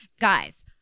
Guys